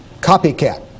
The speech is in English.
copycat